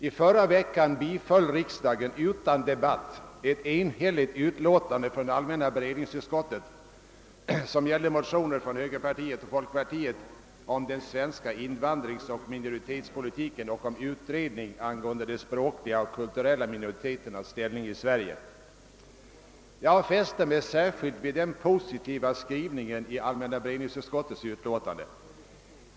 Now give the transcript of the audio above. I förra veckan biföll riksdagen utan debatt en enhällig hemställan från allmänna beredningsutskottet, vilken gällde motioner från högerpartiet och folkpartiet om den svenska invandringsoch minoritetspolitiken och om Jag fäste mig särskilt vid den positiva skrivningen i allmänna beredningsutskottets utlåtande.